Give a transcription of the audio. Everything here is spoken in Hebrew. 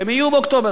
הן יהיו באוקטובר,